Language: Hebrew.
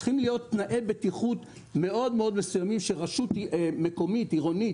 צריכים להיות תנאי בטיחות מאוד מאוד מסוימים שרשות מקומית עירונית